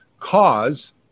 cause